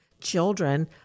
children